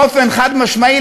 חד-משמעית,